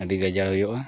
ᱟᱹᱰᱤ ᱜᱟᱡᱟ ᱦᱩᱭᱩᱜᱼᱟ